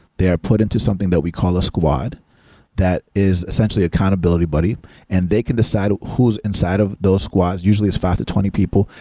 they are put into something that we call a squad that is essentially accountability buddy and they can decide who's inside of those squads. usually it's five to twenty people,